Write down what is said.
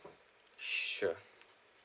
sure